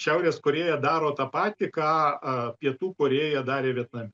šiaurės korėja daro tą patį ką pietų korėja darė vietname